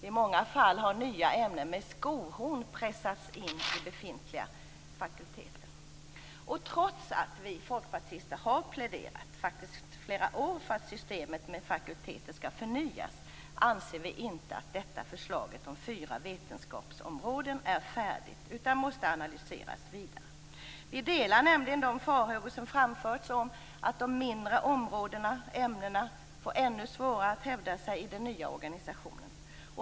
I många fall har nya ämnen med "skohorn" pressats in i de befintliga fakulteterna. Trots att vi folkpartister i flera år pläderat för att systemet med fakulteter skall förnyas anser vi inte att förslaget om fyra vetenskapsområden är färdigt utan måste analyseras vidare. Vi delar nämligen de farhågor som framförts om att de mindre områdena eller ämnena får ännu svårare att hävda sig i den nya organisationen.